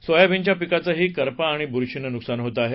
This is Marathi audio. सोयाबीनच्या पिकाचंही करपा आणि बुरशीनं नुकसान होत आहे